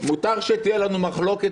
מותר שתהיה לנו מחלוקת,